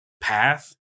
path